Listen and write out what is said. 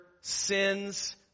sins